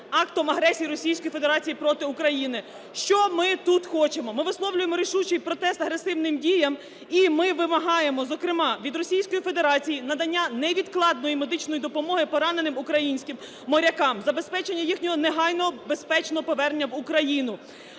актом агресії Російської Федерації проти України. Що ми тут хочемо? Ми висловлюємо рішучий протест агресивним діям, і ми вимагаємо, зокрема, від Російської Федерації надання невідкладної медичної допомоги пораненим українським морякам, забезпечення їхнього негайно безпечного повернення в Україну.